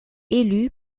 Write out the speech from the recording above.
élu